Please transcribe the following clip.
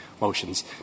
motions